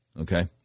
Okay